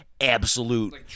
absolute